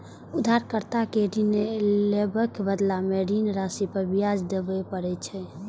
उधारकर्ता कें ऋण लेबाक बदला मे ऋण राशि पर ब्याज देबय पड़ै छै